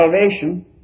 salvation